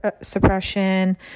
suppression